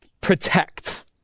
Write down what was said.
protect